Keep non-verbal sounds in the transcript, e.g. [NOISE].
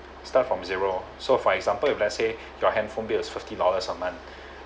start from zero so for example if let's say [BREATH] your handphone bill is fifty dollars a month [BREATH]